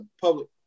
public